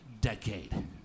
decade